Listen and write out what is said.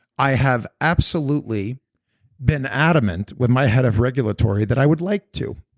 i have absolutely been adamant with my head of regulatory that i would like to.